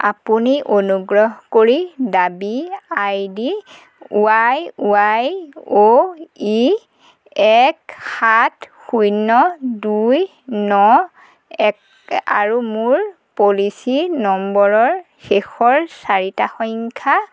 আপুনি অনুগ্ৰহ কৰি দাবী ID Y Y O E এক সাত শূন্য দুই ন এক আৰু মোৰ পলিচি নম্বৰৰ শেষৰ চাৰিটা সংখ্যা